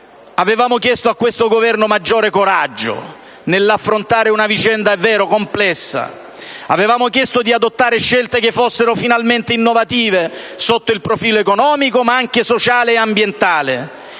avevamo chiesto a questo Governo maggiore coraggio nell'affrontare una vicenda - è vero - complessa; avevamo chiesto di adottare scelte che fossero finalmente innovative sotto il profilo economico e anche sociale e ambientale